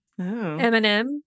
Eminem